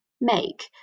make